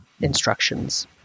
instructions